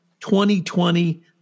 2020